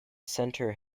center